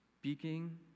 speaking